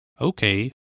Okay